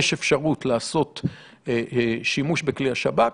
יש אפשרות לעשות שימוש בכלי השב"כ.